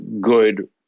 good